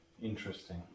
interesting